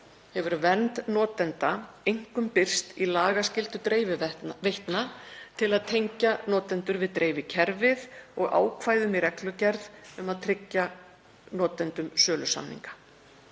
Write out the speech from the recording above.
hefur vernd notenda einkum birst í lagaskyldu dreifiveitna til að tengja notendur við dreifikerfið og ákvæðum í reglugerð um að tryggja notendum sölusamninga.